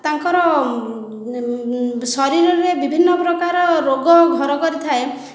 ତାଙ୍କରଶରୀରରେ ବିଭିନ୍ନ ପ୍ରକାର ରୋଗ ଘର କରିଥାଏ